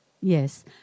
Yes